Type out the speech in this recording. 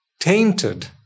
tainted